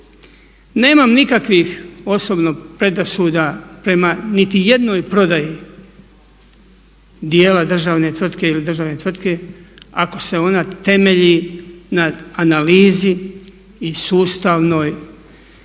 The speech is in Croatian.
Nemam nikakvih osobno predrasuda prema niti jednoj prodaji dijela državne tvrtke ili državne tvrtke ako se ona temelji na analizi i sustavnoj